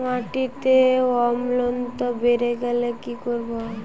মাটিতে অম্লত্ব বেড়েগেলে কি করব?